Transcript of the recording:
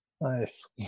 nice